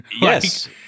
Yes